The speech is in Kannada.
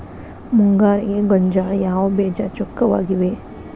ಮುಂಗಾರಿಗೆ ಗೋಂಜಾಳ ಯಾವ ಬೇಜ ಚೊಕ್ಕವಾಗಿವೆ?